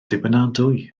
dibynadwy